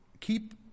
keep